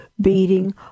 beating